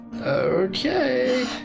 Okay